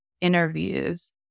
interviews